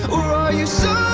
or are you so